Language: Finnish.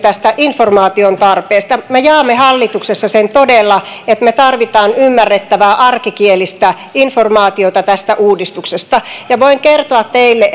informaation tarpeesta me jaamme hallituksessa sen ajatuksen todella että me tarvitsemme ymmärrettävää arkikielistä informaatiota tästä uudistuksesta ja voin kertoa teille